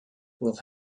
will